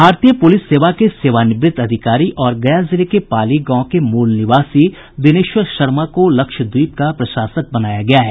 भारतीय पुलिस सेवा के सेवानिवृत अधिकारी और गया जिले के पाली गांव के मूल निवासी दिनेश्वर शर्मा को लक्षद्वीप का प्रशासक बनाया गया है